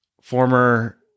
former